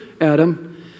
Adam